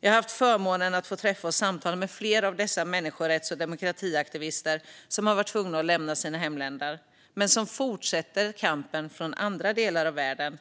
Jag har haft förmånen att få träffa och samtala med flera av dessa människorätts och demokratiaktivister, som har varit tvungna att lämna sina hemländer men som fortsätter kampen från andra delar av världen.